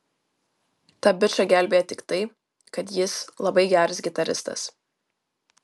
tą bičą gelbėja tik tai kad jis labai geras gitaristas